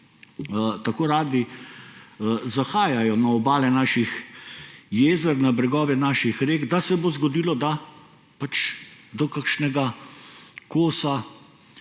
tako radi zahajajo na obale naših jezer, na bregove naših rek, da se bo zgodilo, da do kakšnega kosa